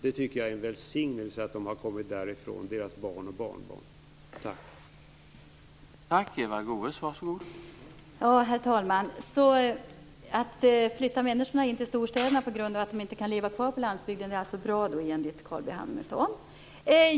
Det är en välsignelse, tycker jag, att de och deras barn och barnbarn har kommit därifrån.